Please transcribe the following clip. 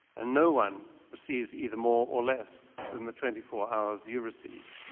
and no one receives either more or less than the twenty four hours you receive.